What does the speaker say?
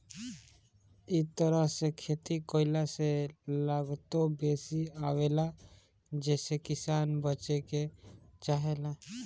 इ तरह से खेती कईला से लागतो बेसी आवेला जेसे किसान बचे के चाहेला